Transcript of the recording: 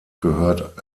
gehört